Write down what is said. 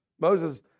Moses